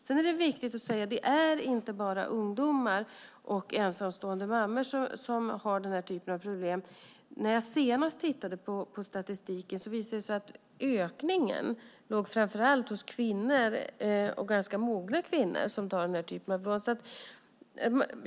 Men det är inte bara ungdomar och ensamstående mammor som har denna typ av problem. När jag senast tittade på statistiken visade det sig att det var bland framför allt kvinnor, och ganska mogna kvinnor, som ökningen bland dem som tar denna typ av lån låg.